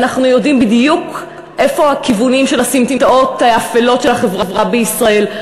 אנחנו יודעים בדיוק איפה הכיוונים של הסמטאות האפלות של החברה בישראל.